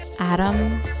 Adam